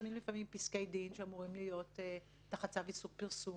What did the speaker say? מפורסמים פסקי דין שאמורים להיות תחת צו איסור פרסום,